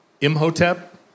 Imhotep